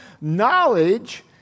Knowledge